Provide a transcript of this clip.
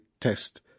test